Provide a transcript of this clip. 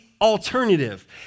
alternative